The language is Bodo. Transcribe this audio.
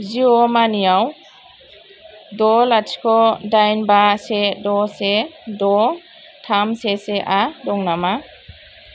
जिअ' मानिआव द' लाथिख' दाइन बा से द' से द' थाम से से आ दं नामा